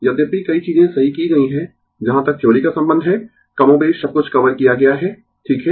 यद्यपि कई चीजें सही की गई है जहां तक थ्योरी का संबंध है कमोबेश सब कुछ कवर किया गया है ठीक है